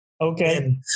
Okay